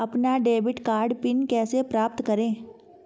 अपना debit card pin कैसे प्राप्त करें?